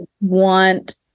want